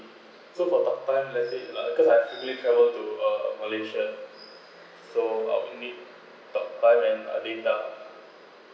so for talk time let's say like because I frequently travel to uh malaysia so I would need talk time and uh data